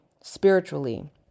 spiritually